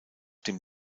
dem